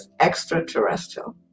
extraterrestrial